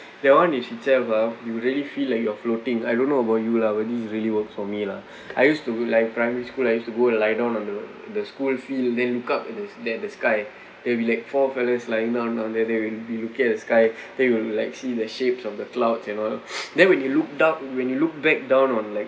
that [one] is itself ah you really feel like you're floating I don't know about you lah but it really work for me lah I used to like primary school I used to go lie down on the the school field then look up in the at the sky and be like four fellows lying down on there then we we looking at the sky then we will like see the shapes of the clouds and all then when you look down when you look back down on like